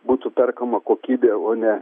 būtų perkama kokybė o ne